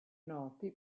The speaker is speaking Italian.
noti